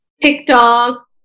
TikTok